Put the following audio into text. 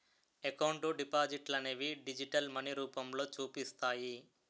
account డిపాజిట్లనేవి digital money రూపంలో చూపిస్తాయి